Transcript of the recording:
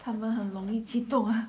他们很容易激动啊